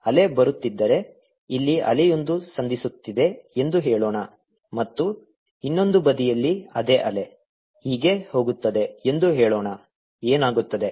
ಅಲೆ ಬರುತ್ತಿದ್ದರೆ ಇಲ್ಲಿ ಅಲೆಯೊಂದು ಸಂಧಿಸುತ್ತಿದೆ ಎಂದು ಹೇಳೋಣ ಮತ್ತು ಇನ್ನೊಂದು ಬದಿಯಲ್ಲಿ ಅದೇ ಅಲೆ ಹೀಗೆ ಹೋಗುತ್ತದೆ ಎಂದು ಹೇಳೋಣ ಏನಾಗುತ್ತದೆ